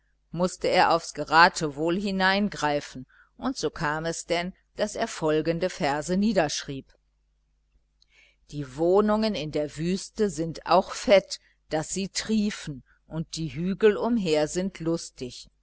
mußte er aufs geratewohl hineingreifen und so kam es denn daß er folgende verse niederschrieb die wohnungen in der wüste sind auch fett daß sie triefen und die hügel umher sind lustig